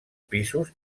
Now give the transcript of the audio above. pisos